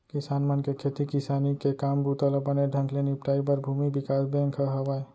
किसान मन के खेती किसानी के काम बूता ल बने ढंग ले निपटाए बर भूमि बिकास बेंक ह हावय